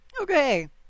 Okay